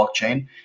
blockchain